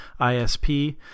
ISP